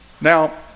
Now